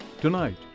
Tonight